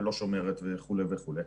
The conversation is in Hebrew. ולא שומרת וכו' וכו',